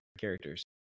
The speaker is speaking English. characters